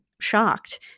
shocked